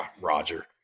Roger